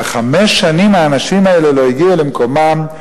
חמש שנים האנשים האלה לא הגיעו למקומם.